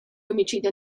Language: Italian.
omicidio